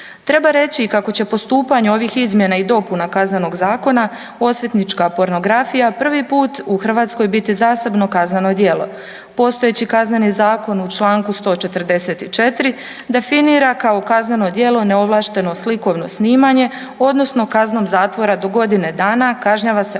Treba reći kako će postupanje ovih izmjena i dopuna KZ-a osvetnička pornografija prvi put u Hrvatskoj biti zasebno kazneno djelo. Postojeći KZ u čl. 144. definira kao kazneno djelo neovlašteno slikovno snimanje odnosno kaznom zatvora do godine dana kažnjava se